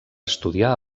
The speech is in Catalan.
estudiar